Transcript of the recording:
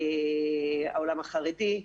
העולם החרדי,